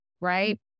right